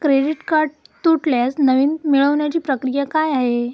Credit card तुटल्यास नवीन मिळवण्याची प्रक्रिया काय आहे?